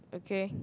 okay